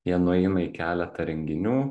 jie nueina į keletą renginių